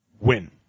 win